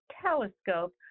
telescope